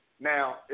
Now